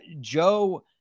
Joe